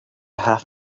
have